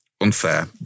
unfair